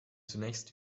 zunächst